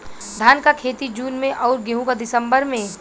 धान क खेती जून में अउर गेहूँ क दिसंबर में?